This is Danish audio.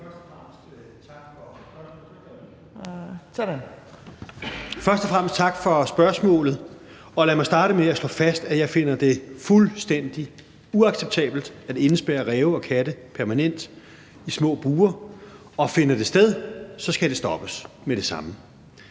Først og fremmest tak for spørgsmålet. Lad mig starte med at slå fast, at jeg finder det fuldstændig uacceptabelt at indespærre ræve og katte permanent i små bure – og finder det sted, skal det stoppes med det samme.